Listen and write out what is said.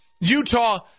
Utah